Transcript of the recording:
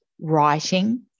writing